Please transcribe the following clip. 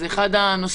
זה אחד הנושאים